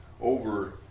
over